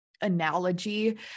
analogy